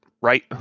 Right